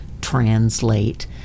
translate